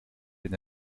wenn